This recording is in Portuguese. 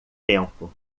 tempo